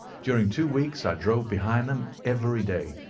during two weeks i drove behind them every day,